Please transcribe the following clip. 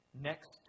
next